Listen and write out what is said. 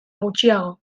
gutxiago